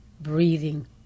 breathing